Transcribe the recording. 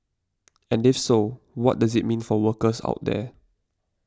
and if so what does it mean for workers out there